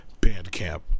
Bandcamp